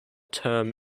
term